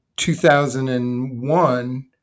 2001